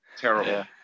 Terrible